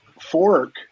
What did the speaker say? fork